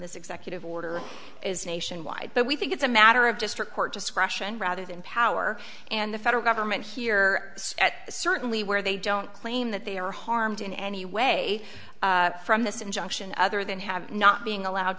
this executive order is nationwide but we think it's a matter of district court discretion rather than power and the federal government here at certainly where they don't claim that they are harmed in any way from this injunction other than have not being allowed